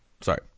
Sorry